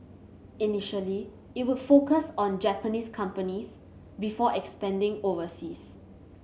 initially it would focus on Japanese companies before expanding overseas